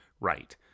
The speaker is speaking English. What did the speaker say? right